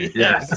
yes